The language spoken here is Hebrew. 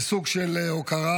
זה סוג של הוקרה,